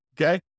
Okay